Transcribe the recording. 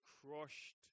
crushed